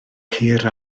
ceir